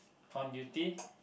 on duty